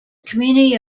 community